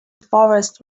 forest